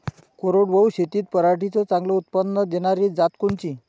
कोरडवाहू शेतीत पराटीचं चांगलं उत्पादन देनारी जात कोनची?